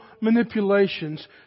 manipulations